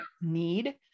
need